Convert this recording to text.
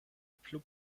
plu